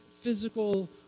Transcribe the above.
physical